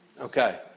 Okay